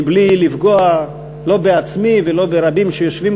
מבלי לפגוע לא בעצמי ולא ברבים שיושבים